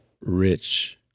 rich